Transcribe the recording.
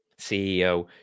CEO